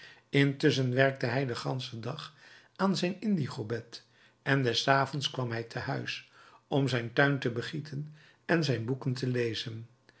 intusschen werkte hij den ganschen dag aan zijn indigobed en des avonds kwam hij te huis om zijn tuin te begieten en zijn boeken te lezen